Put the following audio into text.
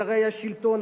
הרי היה שלטון,